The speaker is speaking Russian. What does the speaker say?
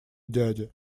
дядя